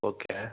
okay